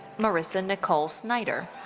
marissa nicole snyder.